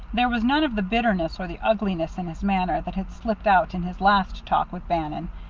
there was none of the bitterness or the ugliness in his manner that had slipped out in his last talk with bannon,